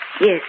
Yes